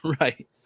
Right